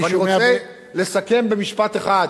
אני רוצה לסכם במשפט אחד.